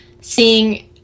seeing